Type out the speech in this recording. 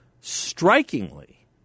Strikingly